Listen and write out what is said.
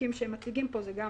הנימוקים שהן מציגות פה, גם